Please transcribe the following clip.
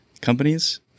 companies